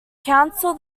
council